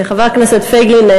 חבר הכנסת פייגלין,